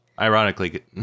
Ironically